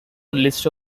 list